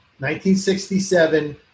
1967